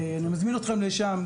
אני מזמין אתכם לשם,